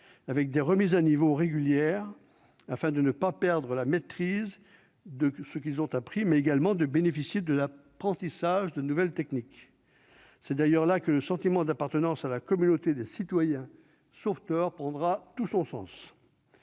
avec des remises à niveau régulières, afin de ne pas perdre la maîtrise de ce qu'ils ont appris ; ils doivent également pouvoir bénéficier de l'apprentissage de nouvelles techniques. C'est d'ailleurs ainsi que le sentiment d'appartenance à la communauté des citoyens sauveteurs prendra tout son sens.